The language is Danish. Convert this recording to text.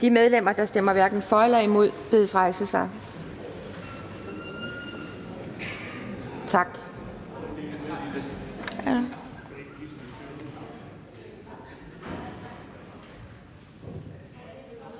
De medlemmer, der stemmer hverken for eller imod, bedes rejse sig. Tak.